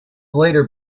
later